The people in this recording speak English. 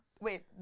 Wait